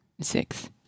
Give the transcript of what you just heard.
Six